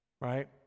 Right